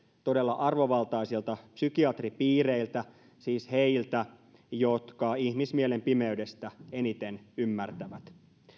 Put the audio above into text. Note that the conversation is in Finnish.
todella arvovaltaisilta psykiatripiireiltä siis heiltä jotka ihmismielen pimeydestä eniten ymmärtävät